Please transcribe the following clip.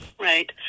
right